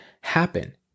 happen